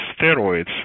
steroids